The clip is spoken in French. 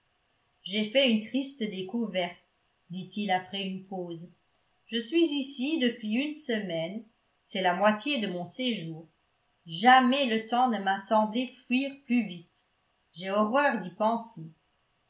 j'ai fait une triste découverte dit-il après une pause je suis ici depuis une semaine c'est la moitié de mon séjour jamais le temps ne m'a semblé fuir plus vite j'ai horreur d'y penser